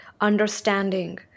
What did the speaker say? understanding